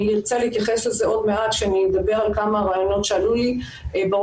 אני ארצה להתייחס עוד מעט כשאני אדבר על כמה רעיונות שעלו לי בראש.